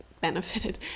benefited